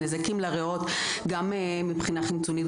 נזקים לריאות גם מבחינה חימצונית,